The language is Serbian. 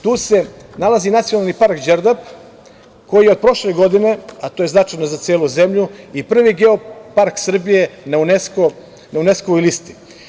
Tu se nalazi Nacionalni park Đerdap koji je od prošle godine, a to je značajno i za celu zemlju i prvi geopark Srbije na UNESKO listi.